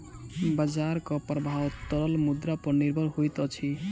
बजारक प्रभाव तरल मुद्रा पर निर्भर होइत अछि